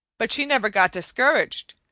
but she never got discouraged.